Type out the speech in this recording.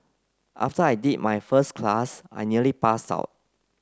after I did my first class I nearly passed out